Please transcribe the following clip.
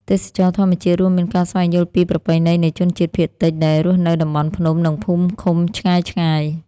ទេសចរណ៍ធម្មជាតិរួមមានការស្វែងយល់ពីប្រពៃណីនៃជនជាតិភាគតិចដែលរស់នៅតំបន់ភ្នំ និងភូមិឃុំឆ្ងាយៗ។